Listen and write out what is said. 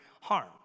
harm